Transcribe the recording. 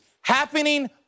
happening